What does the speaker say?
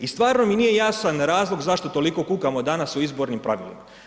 I stvarno mi nije jasan razlog zašto toliko kukamo danas o izbornim pravilima.